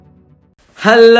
Hello